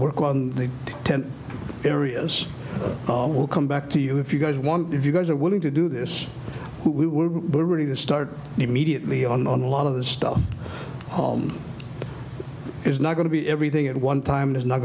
work on the ten areas will come back to you if you guys want if you guys are willing to do this we would be ready to start immediately on a lot of the stuff is not going to be everything at one time is not